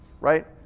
right